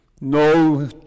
No